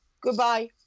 goodbye